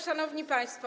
Szanowni Państwo!